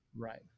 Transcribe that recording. Right